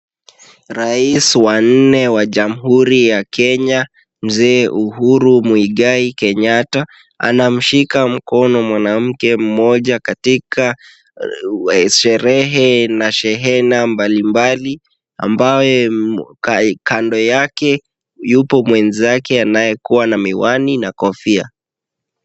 Rais wa nne wa Jamhuri ya Kenya, Mzee Uhuru Muigai Kenyatta, anamshika mkono mwanamke mmoja katika sherehe na shehena mbalimbali ambaye kando yake yupo mwenzake anayekuwa na miwani na kofia.